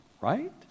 right